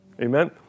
amen